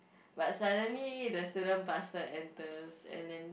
but suddenly the student pastor enters and then